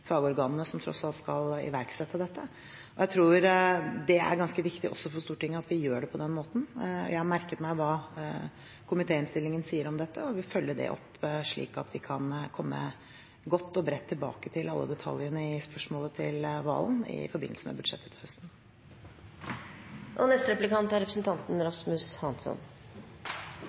fagorganene som tross alt skal iverksette dette. Jeg tror det er ganske viktig også for Stortinget at vi gjør det på den måten. Jeg har merket meg hva komitéinnstillingen sier om dette, og vil følge det opp, slik at vi kan komme godt og bredt tilbake til alle detaljene i spørsmålet fra Serigstad Valen i forbindelse med budsjettet til høsten.